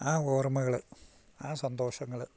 ആ ഓർമ്മകള് ആ സന്തോഷങ്ങള്